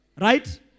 Right